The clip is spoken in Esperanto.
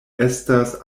estas